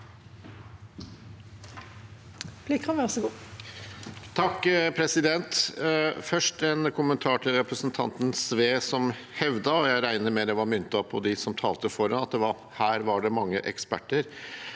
Først en kommentar til representanten Sve, som hevdet noe jeg regner med var myntet på dem som talte før ham, nemlig at her var det mange eksperter.